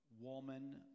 woman